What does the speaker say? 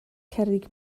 cerrig